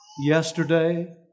yesterday